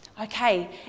Okay